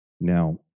Now